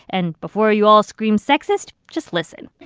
and before you all scream sexist, just listen